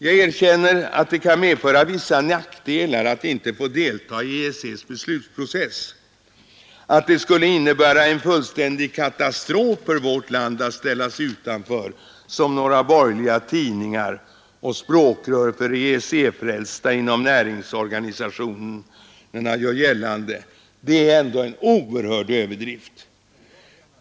Jag erkänner att det kan medföra vissa nackdelar att inte få delta i EEC för EEC-frälsta inom näringsorganisationerna gör gällande skulle vara en s beslutsprocess. Att det som några borgerliga tidningar och språkrör fullständig katastrof för vårt land att ställas utanför, är ändå en oerhörd överdrift.